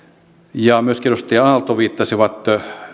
ja myöskin edustaja aalto viittasivat